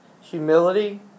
Humility